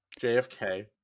JFK